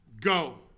go